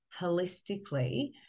holistically